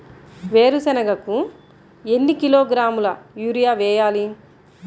వేరుశనగకు ఎన్ని కిలోగ్రాముల యూరియా వేయాలి?